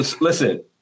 listen